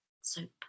soap